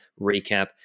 recap